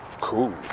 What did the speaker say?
Cool